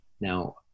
Now